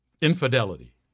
infidelity